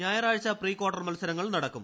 ഞായറാഴ്ച pre quarter മത്സരങ്ങൾ നടക്കും